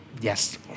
Yes